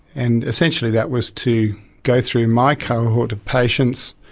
and essentially that was to go through my cohort of patients,